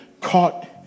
caught